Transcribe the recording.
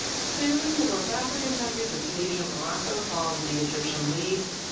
soon the north african countries of tunisia and morocco followed the egyptian lead,